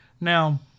Now